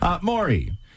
Maury